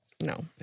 No